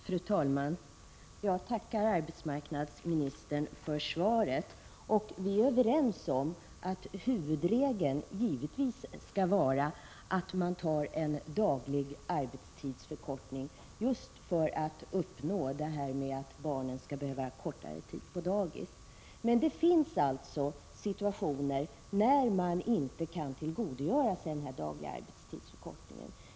Fru talman! Jag tackar arbetsmarknadsministern för svaret. Vi är överens om att huvudregeln givetvis skall vara att man tar en daglig arbetstidsförkortning just för att uppnå att barnen skall behöva vistas kortare tid på dagis. Men det finns situationer när man inte kan tillgodogöra sig den dagliga arbetstidsförkortningen.